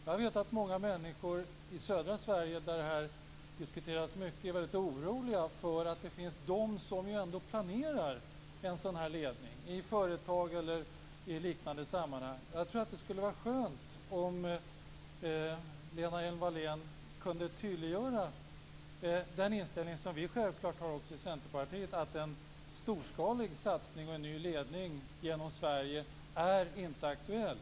Jag vet att många människor i södra Sverige, där det här diskuteras mycket, är väldigt oroliga, för det finns de, i företag eller liknande sammanhang, som ändå planerar en sådan här ledning. Jag tror att det skulle vara skönt om Lena Hjelm-Wallén kunde tydliggöra den inställning som vi självklart har också i Centerpartiet, att en storskalig satsning och en ny ledning genom Sverige inte är aktuell.